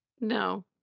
no